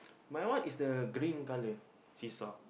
my one is the green colour seesaw